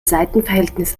seitenverhältnis